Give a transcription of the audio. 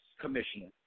commissioner